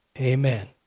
amen